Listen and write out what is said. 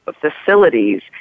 facilities